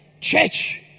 Church